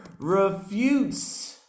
refutes